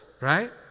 right